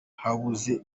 habuze